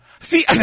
See